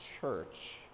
church